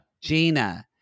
Gina